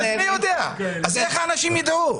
איך האנשים ידעו.